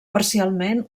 parcialment